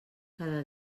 cada